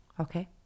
okay